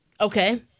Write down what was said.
Okay